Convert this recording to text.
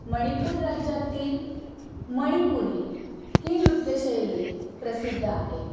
मणिपूर राज्यातील मणिपुरी ही नृत्यशैली प्रसिद्ध आहे